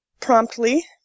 promptly